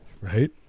Right